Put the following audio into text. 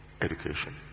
education